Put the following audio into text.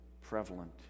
prevalent